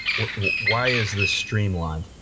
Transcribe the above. why is this streamlined?